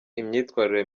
imyitwarire